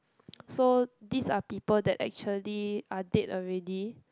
so these are people that actually are dead already